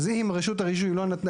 אז אם רשות הרישוי לא נתנה,